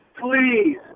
please